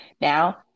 Now